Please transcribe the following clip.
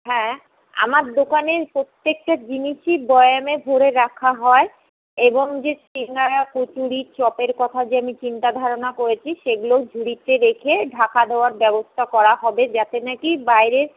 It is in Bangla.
হ্যাঁ আমার দোকানের প্রত্যেকটা জিনিসই বয়ামে ভরে রাখা হয় এবং যে সিঙাড়া কচুড়ি চপের কথা যে আমি চিন্তাধারণা করেছি সেগুলোও ঝুড়িতে রেখে ঢাকা দেওয়ার ব্যবস্থা করা হবে যাতে নাকি বাইরের